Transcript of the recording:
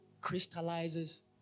crystallizes